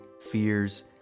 fears